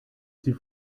sie